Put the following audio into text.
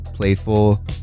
playful